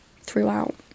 throughout